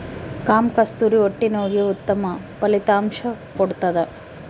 ಕಾಮಕಸ್ತೂರಿ ಹೊಟ್ಟೆ ನೋವಿಗೆ ಉತ್ತಮ ಫಲಿತಾಂಶ ಕೊಡ್ತಾದ